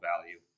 value